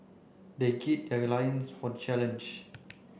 they gird their lions for the challenge